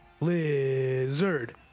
Lizard